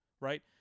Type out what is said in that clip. right